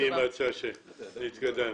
אני מציע שנתקדם.